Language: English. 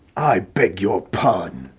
i beg your pardon,